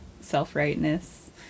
self-rightness